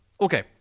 ...okay